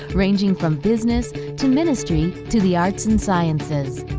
ranging from business to ministry to the arts and sciences.